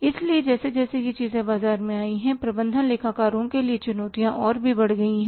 इसलिए जैसे जैसे ये चीजें बाजार में आई हैं प्रबंधन लेखा कारों के लिए चुनौतियाँ और भी बढ़ गई हैं